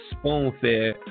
spoon-fed